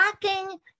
blocking